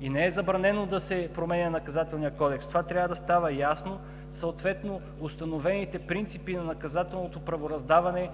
и не е забранено да се променя в Наказателния кодекс, трябва да става ясно, съответно установените принципи на наказателното правораздаване,